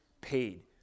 paid